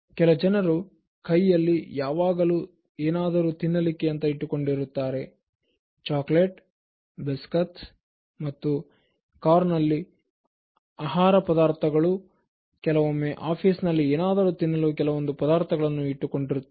ಕೆಲ ಜನರು ಕೈಯಲ್ಲಿ ಯಾವಾಗಲೂ ಏನಾದರೂ ತಿನ್ನಲಿಕ್ಕೆ ಅಂತ ಇಟ್ಟುಕೊಂಡಿರುತ್ತಾರೆ ಚಾಕ್ಲೇಟ್ ಬಿಸ್ಕತ್ ಮತ್ತು ಕಾರ್ನಲ್ಲಿ ಆಹಾರ ಪದಾರ್ಥಗಳು ಕೆಲವೊಮ್ಮೆ ಆಫೀಸಿನಲ್ಲಿ ಏನಾದರೂ ತಿನ್ನಲು ಕೆಲವೊಂದು ಪದಾರ್ಥಗಳನ್ನು ಇಟ್ಟುಕೊಂಡಿರುತ್ತಾರೆ